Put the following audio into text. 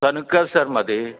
తణుక్కాదు sir మాది